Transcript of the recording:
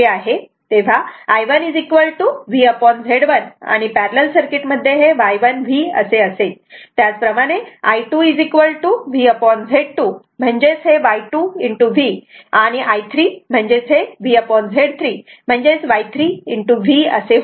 तेव्हा I1 VZ1 आणि parallel circuit मध्ये हे Y1 V असे असेल त्याचप्रमाणे I2 VZ2 म्हणजेच Y2 V आणि I3VZ3 म्हणजेच Y3 V असे होईल